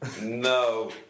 No